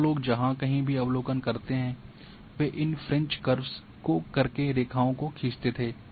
और लोग जहां कहीं भी अवलोकन करते हैं वे इन फ्रेंच कर्व को करके रेखाओं को खींचते थे